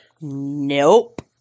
Nope